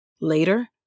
Later